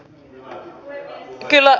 arvoisa puhemies